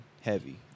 heavy